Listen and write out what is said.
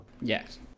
Yes